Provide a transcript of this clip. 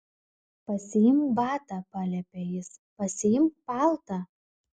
pasiimk batą paliepė jis pasiimk paltą